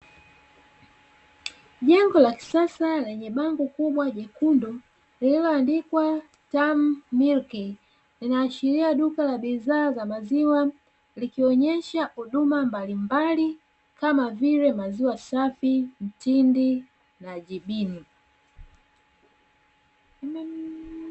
Jengo la kisasa lenye bango kubwa jekundu, lililoandikwa "TAMU MILK", linaashiria duka la bidhaa za maziwa likionyesha huduma mbalimbali kama vile: maziwa safi, mtindi na jibini.